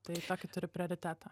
tai tokį turi prioritetą